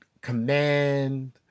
command